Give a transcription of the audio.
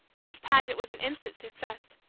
miss paget was an instant success.